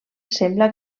sembla